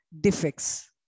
defects